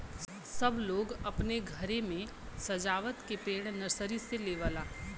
सब लोग अपने घरे मे सजावत के पेड़ नर्सरी से लेवला